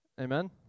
Amen